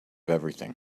everything